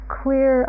clear